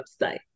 website